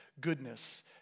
goodness